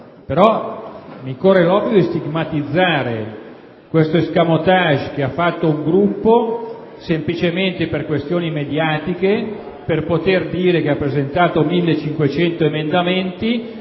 però mi corre l'obbligo di stigmatizzare quello che ha fatto un Gruppo, semplicemente per questioni mediatiche e per poter dire che ha presentato 1.500 emendamenti.